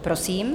Prosím.